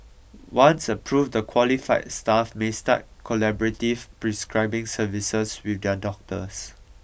once approved the qualified staff may start collaborative prescribing services with their doctors